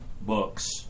books